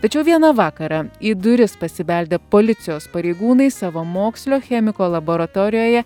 tačiau vieną vakarą į duris pasibeldė policijos pareigūnai savamokslio chemiko laboratorijoje